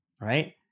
right